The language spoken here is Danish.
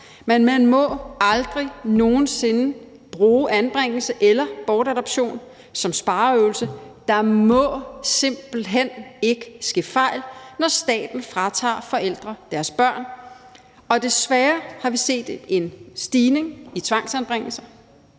men man må aldrig nogen sinde bruge anbringelse eller bortadoption som spareøvelse. Der må simpelt hen ikke ske fejl, når staten fratager forældre deres børn. Desværre har vi set en stigning i antallet af tvangsanbringelser.